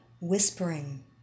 whispering